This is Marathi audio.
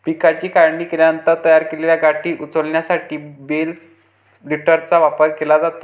पिकाची काढणी केल्यानंतर तयार केलेल्या गाठी उचलण्यासाठी बेल लिफ्टरचा वापर केला जातो